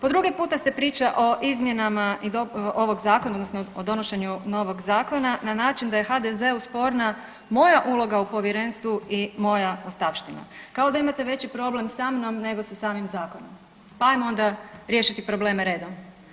Po drugi puta se priča o izmjenama ovog zakona odnosno o donošenju novog zakona na način da je HDZ-u sporna moja uloga u povjerenstvu i moja ostavština, kao da imate veći problem sa mnom nego sa samim zakonom, pa jamo onda riješiti probleme redom.